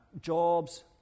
jobs